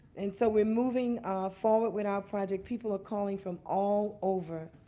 and so we're moving forward with our project. people are calling from all over.